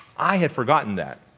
i had forgotten that.